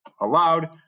allowed